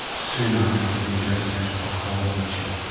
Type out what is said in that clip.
soon after it had been devastated by coral bleaching.